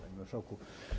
Panie Marszałku!